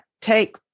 take